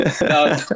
No